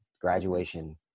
graduation